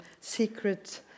secret